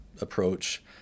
approach